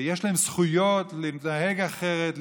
יש להם זכויות להתנהג אחרת,